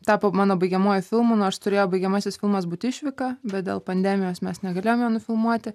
tapo mano baigiamuoju filmu nors turėjo baigiamasis filmas būt išvyka bet dėl pandemijos mes negalėjom jo nufilmuoti